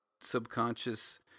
subconscious